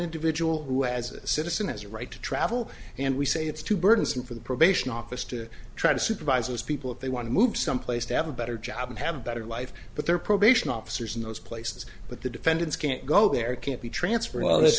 individual who as a citizen has a right to travel and we say it's too burdensome for the probation office to try to supervise those people if they want to move someplace to have a better job and have a better life but their probation officers in those places but the defendants can't go there can't be transferred well th